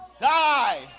die